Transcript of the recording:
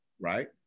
Right